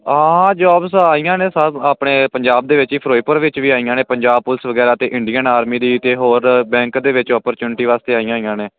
ਆ ਜੋਬਸ ਆ ਰਹੀਆਂ ਨੇ ਆਪਣੇ ਪੰਜਾਬ ਦੇ ਵਿੱਚ ਹੀ ਫਿਰੋਜਪੁਰ ਵਿੱਚ ਵੀ ਆਈਆਂ ਨੇ ਪੰਜਾਬ ਪੁਲਿਸ ਵਗੈਰਾ ਤੇ ਇੰਡੀਅਨ ਆਰਮੀ ਦੀ ਤੇ ਹੋਰ ਬੈਂਕ ਦੇ ਵਿੱਚ ਓਪੋਰਚੁਨਿਟੀ ਵਾਸਤੇ ਆਈਆਂ ਹੋਈਆਂ ਨੇ